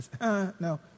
No